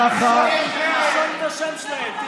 תרשום את השם שלהם.